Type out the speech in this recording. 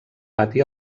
pati